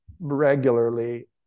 regularly